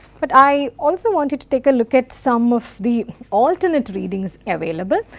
but i also wanted to take a look at some of the alternate readings available.